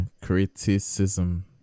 Criticism